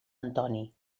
antoni